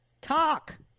Talk